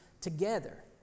together